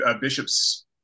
bishop's